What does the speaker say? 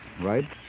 right